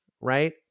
right